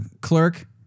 clerk